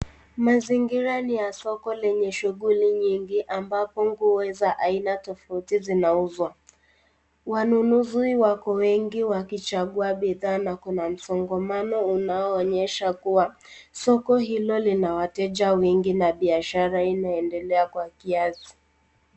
Mazingira ni ya soko lenye shughuli nyingi ambapo nguo za aina tofauti zinauzwa. Wanunuzi wako wengi wakichagua bidhaa na kuna msongamano inayoonyesha kua soko hilo lina wateja wengi na biashara inaendelea kwa kiasi.